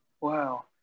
wow